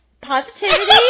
positivity